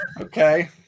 Okay